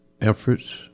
efforts